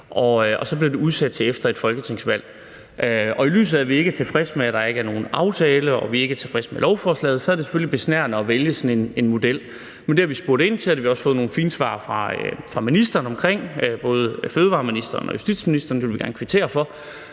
og så bliver det udsat til efter et folketingsvalg. I lyset af at vi ikke er tilfredse med, at der ikke er nogen aftale, og at vi ikke er tilfredse med lovforslaget, så er det selvfølgelig besnærende at vælge sådan en model. Men det har vi spurgt ind til, og vi har også fået nogle fine svar fra ministrene om det, både fra fødevareministeren og justitsministeren – det vil vi gerne kvittere for